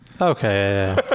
Okay